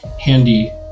handy